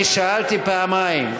אני שאלתי פעמיים.